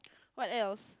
what else